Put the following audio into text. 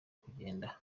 kugenda